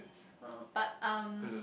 uh but um